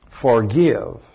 forgive